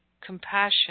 compassion